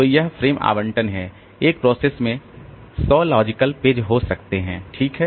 तो यह फ्रेम आवंटन है एक प्रोसेस में 100 लॉजिकल पेज हो सकते हैं ठीक है